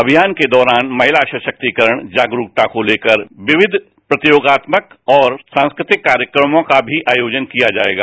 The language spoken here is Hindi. अमियान के दौरान महिला सराक्तिकरण जागरुकता को लेकर विक्ष प्रतियोगात्मक और सांस्कृतिक कार्यक्रमों का भी आयोजन किया जाएगा